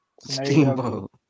Steamboat